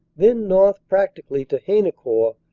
then north practically to haynecourt,